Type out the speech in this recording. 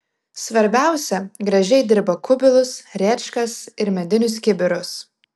svarbiausia gražiai dirba kubilus rėčkas ir medinius kibirus